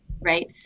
Right